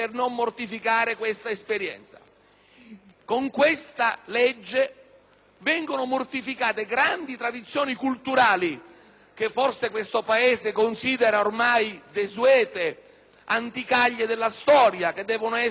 in discussione vengono mortificate grandi tradizioni culturali che forse il nostro Paese considera ormai desuete, anticaglie della storia, che devono essere chiuse in uno sgabuzzino.